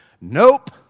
nope